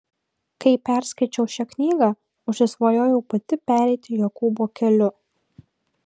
kai perskaičiau šią knygą užsisvajojau pati pereiti jokūbo keliu